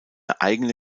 eigene